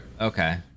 Okay